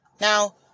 Now